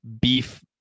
beef